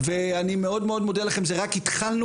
דוד ישנו?